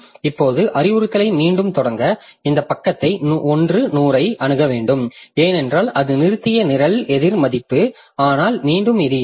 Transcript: இப்போது அறிவுறுத்தலை மீண்டும் தொடங்க இந்த பக்கத்தை 1 100 ஐ அணுக வேண்டும் ஏனென்றால் அது நிறுத்திய நிரல் எதிர் மதிப்பு ஆனால் மீண்டும் இது இல்லை